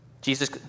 Jesus